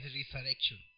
resurrection